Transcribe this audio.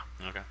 Okay